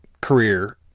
career